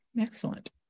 excellent